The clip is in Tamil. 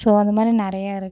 ஸோ அந்த மாதிரி நிறையா இருக்கு